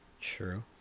True